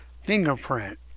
fingerprint